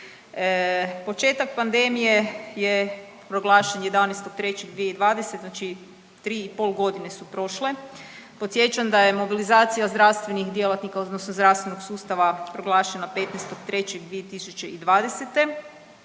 početak pandemije je proglašen 11.3.2020., znači 3 i pol godine su prošle. Podsjećam da je mobilizacija zdravstvenih djelatnika odnosno zdravstvenog sustava proglašena 15.3.2020.